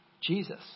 Jesus